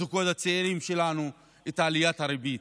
הזוגות הצעירים שלנו, את עליית הריבית,